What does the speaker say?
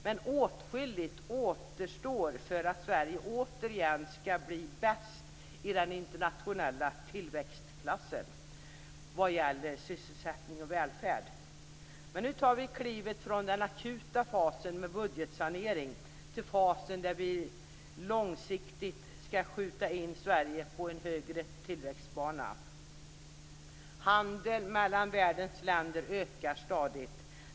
Men åtskilligt återstår för att Sverige återigen skall bli bäst i den internationella tillväxtklassen när det gäller sysselsättning och välfärd. Men nu tar vi klivet från den akuta fasen med budgetsanering till fasen där vi långsiktigt skall skjuta in Sverige på en högre tillväxtbana. Handeln mellan världens länder ökar stadigt.